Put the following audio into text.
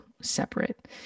separate